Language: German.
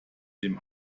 dem